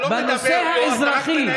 בנושא האזרחי,